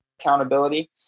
accountability